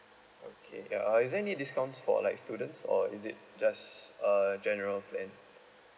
okay uh is there any discounts for like students or is it just a general plan